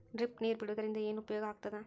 Drip ನೇರ್ ಬಿಡುವುದರಿಂದ ಏನು ಉಪಯೋಗ ಆಗ್ತದ?